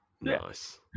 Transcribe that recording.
Nice